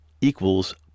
equals